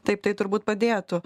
taip tai turbūt padėtų